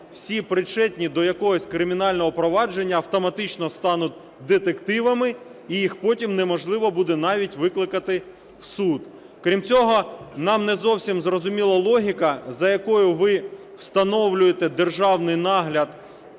всі причетні до якогось кримінального провадження автоматично стануть детективами ,і їх потім неможливо буде навіть викликати в суд. Крім цього, нам не зовсім зрозуміла логіка, за якою ви встановлюєте державний нагляд